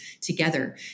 together